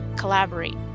collaborate